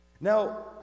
Now